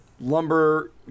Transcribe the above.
lumber